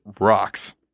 rocks